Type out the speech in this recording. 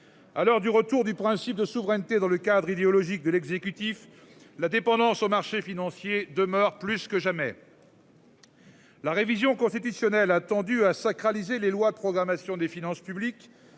À l'heure du retour du principe de souveraineté dans le cadre idéologique de l'exécutif. La dépendance aux marchés financiers demeure plus que jamais.-- La révision constitutionnelle a tendu à sacraliser les lois de programmation des finances publiques